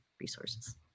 resources